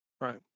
Right